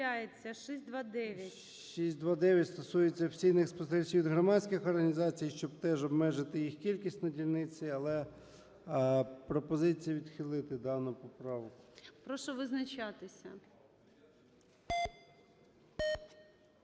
629 стосується офіційних спостерігачів від громадських організацій, щоб теж обмежити їх кількість на дільниці. Але пропозиція відхилити дану поправку. ГОЛОВУЮЧИЙ. Прошу визначатися.